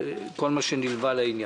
וכל מה שנלווה לעניין.